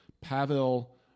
Pavel